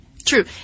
true